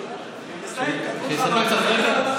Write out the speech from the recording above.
שאתן קצת רקע?